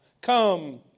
Come